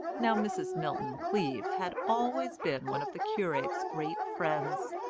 now mrs. milton-cleave had always been one of the curate's great friends.